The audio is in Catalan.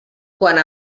quant